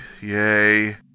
Yay